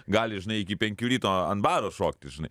gali žinai iki penkių ryto an baro šokti žinai